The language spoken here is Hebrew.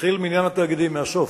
נתחיל מעניין התאגידים, מהסוף.